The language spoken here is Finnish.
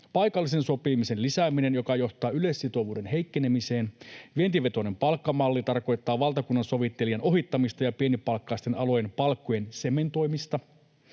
paikallisen sopimisen lisääminen, joka johtaa yleissitovuuden heikkenemiseen; vientivetoinen palkkamalli, joka tarkoittaa valtakunnansovittelijan ohittamista ja pienipalkkaisten alojen palkkojen sementoimista;